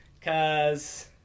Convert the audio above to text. cause